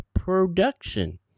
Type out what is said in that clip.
Production